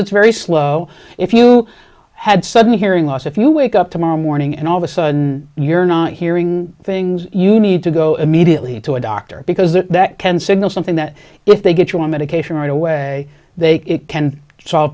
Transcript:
it's very slow if you had sudden hearing loss if you wake up tomorrow morning and all of a sudden you're not hearing things you need to go immediately to a doctor because that can signal something that if they get you on medication right away they can solve